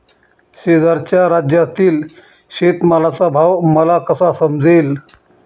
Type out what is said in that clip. शेजारच्या राज्यातील शेतमालाचा भाव मला कसा समजेल?